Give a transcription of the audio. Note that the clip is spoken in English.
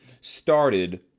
started